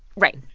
right.